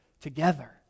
together